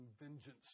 vengeance